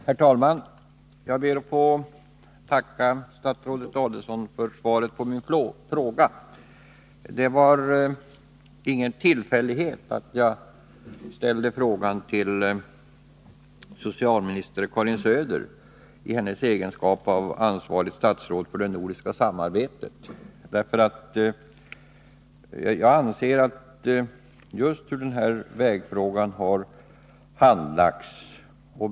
Herr talman! Jag ber att få tacka statsrådet Adelsohn för svaret på min fråga. Det var ingen tillfällighet att jag ställde frågan till socialminister Karin Söder i hennes egenskap av ansvarigt statsråd för det nordiska samarbetet, mot bakgrund av hur den här vägfrågan har handlagts.